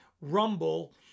Rumble